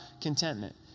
contentment